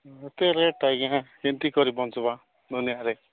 ଏତେ ରେଟ୍ ଆଜ୍ଞା କେମିତି କରି ବଞ୍ଚିବା ଦୁନିଆରେ